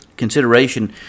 consideration